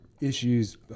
issues